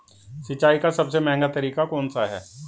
सिंचाई का सबसे महंगा तरीका कौन सा है?